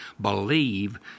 believe